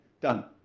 Done